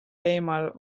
teemal